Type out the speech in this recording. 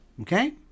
Okay